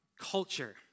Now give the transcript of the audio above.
culture